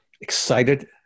excited